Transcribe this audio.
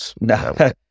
No